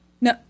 No